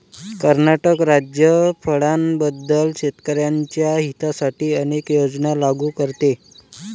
कर्नाटक राज्य फळांबद्दल शेतकर्यांच्या हितासाठी अनेक योजना लागू करते